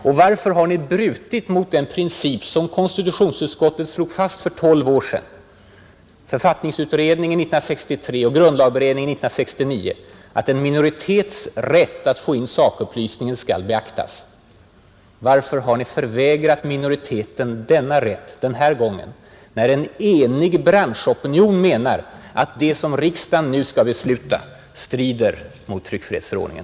Och varför har ni brutit mot den princip, som konstitutionsutskottet slog fast för tolv år sedan, författningsutredningen 1963 och grundlagberedningen 1969, att en minoritets rätt att få in sakupplysningen skall beaktas? Varför har ni förvägrat minoriteten denna rätt den här gången, när en enig branschopinion menar att det som riksdagen nu skall besluta strider mot tryckfrihetsförordningen?